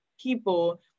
people